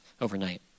overnight